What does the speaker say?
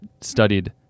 studied